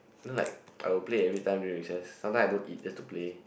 know like I would play every time during recess sometimes I don't eat just to play